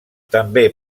també